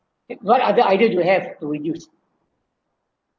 what other idea do you have to reduce